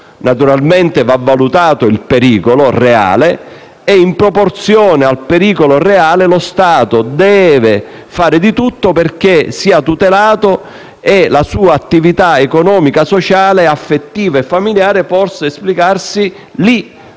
Naturalmente va valutato il pericolo reale e, in proporzione al pericolo reale, lo Stato deve fare di tutto perché il testimone sia tutelato e la sua attività economica, sociale, affettiva e familiare possa esplicarsi lì